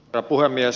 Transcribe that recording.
herra puhemies